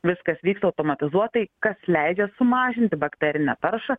viskas vyksta automatizuotai kas leidžia sumažinti bakterinę taršą